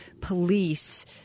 police